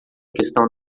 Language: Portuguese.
questão